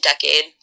decade